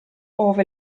ove